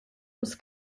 uns